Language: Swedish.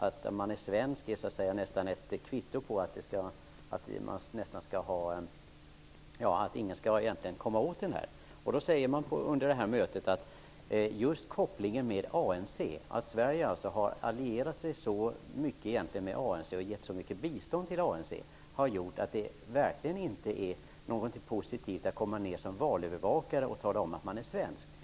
Att man är svensk ses nästan som ett kvitto på att ingen egentligen skall komma åt oss. Det talades under mötet om just kopplingen med ANC. Sverige har allierat sig med ANC och gett mycket bistånd till ANC. Det har gjort att det verkligen inte är något positivt att komma ner som valövervakare och tala om att man är svensk.